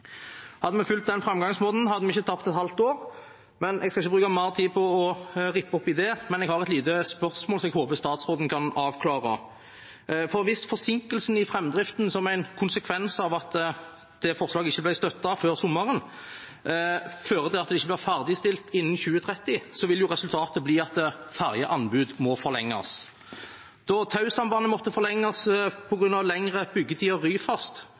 Hadde vi fulgt den framgangsmåten, hadde vi ikke tapt et halvt år. Jeg skal ikke bruke mer tid på å rippe opp i det, men jeg har et lite spørsmål som jeg håper statsråden kan avklare: Hvis forsinkelsen i framdriften som en konsekvens av at det forslaget ikke ble støttet før sommeren, fører til at det ikke blir ferdigstilt innen 2030, vil jo resultatet bli at ferjeanbud må forlenges. Da Tausambandet måtte forlenges på grunn av lengre byggetid av Ryfast,